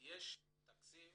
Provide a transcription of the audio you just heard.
יש תקציב